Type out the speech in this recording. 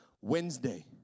Wednesday